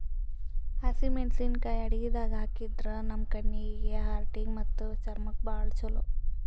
ಹಸಿಮೆಣಸಿಕಾಯಿ ಅಡಗಿದಾಗ್ ಹಾಕಿದ್ರ ನಮ್ ಕಣ್ಣೀಗಿ, ಹಾರ್ಟಿಗಿ ಮತ್ತ್ ಚರ್ಮಕ್ಕ್ ಭಾಳ್ ಛಲೋ